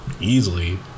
easily